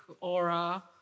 aura